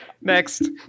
Next